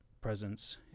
presence